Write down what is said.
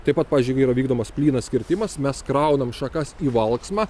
taip pat pavyzdžiui yra vykdomas plynas kirtimas mes kraunam šakas į valksmą